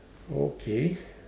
okay